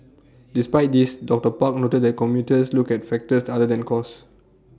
despite this doctor park noted that commuters look at factors other than cost